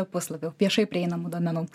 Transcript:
puslapių viešai prieinamų duomenų